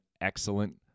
excellent